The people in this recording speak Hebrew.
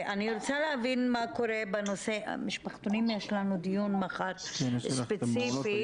בנושא המשפחתונים יש לנו דיון ספציפי.